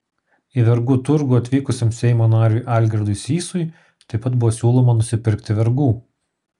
į vergų turgų atvykusiam seimo nariui algirdui sysui taip pat buvo siūloma nusipirkti vergų